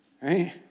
right